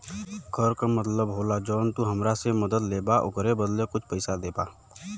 कर का मतलब होला जौन तू हमरा से मदद लेबा ओकरे बदले कुछ पइसा देबा